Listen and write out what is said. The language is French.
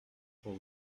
pour